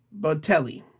Botelli